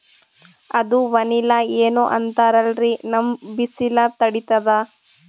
ಅದು ವನಿಲಾ ಏನೋ ಅಂತಾರಲ್ರೀ, ನಮ್ ಬಿಸಿಲ ತಡೀತದಾ?